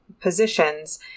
positions